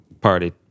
party